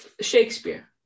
shakespeare